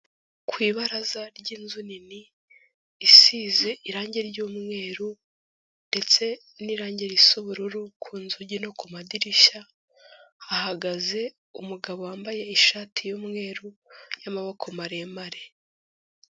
Ku ibaraza ry'inzu nini isize irange ry'umweru ndetse n'irange risa ubururu ku nzugi no ku madirishya hahagaze umugabo wambaye ishati y'umweru y'amaboko maremare.